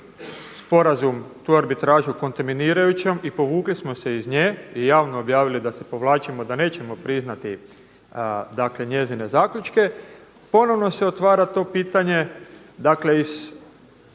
sporazum, tu arbitražu kontaminirajućom i povukli smo se iz nje i javno objavili da se povlačimo, da nećemo priznati njezine zaključke, ponovno se otvara to pitanje, dakle, iz